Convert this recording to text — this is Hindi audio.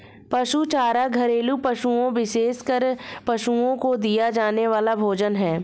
पशु चारा घरेलू पशुओं, विशेषकर पशुओं को दिया जाने वाला भोजन है